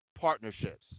partnerships